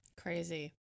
Crazy